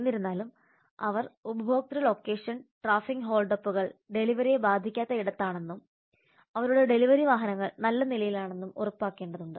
എന്നിരുന്നാലും അവർ ഉപഭോക്തൃ ലൊക്കേഷൻ ട്രാഫിക് ഹോൾഡപ്പുകൾ ഡെലിവറിയെ ബാധിക്കാത്ത ഇടത്താണെന്നും അവരുടെ ഡെലിവറി വാഹനങ്ങൾ നല്ല നിലയിലാണെന്നും ഉറപ്പാക്കേണ്ടതുണ്ട്